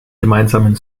gemeinsamen